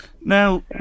Now